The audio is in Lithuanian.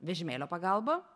vežimėlio pagalba